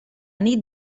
nit